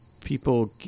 people